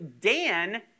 Dan